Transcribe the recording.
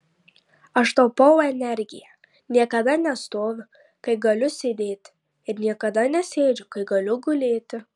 aš taupau energiją niekada nestoviu kai galiu sėdėti ir niekada nesėdžiu kai galiu gulėti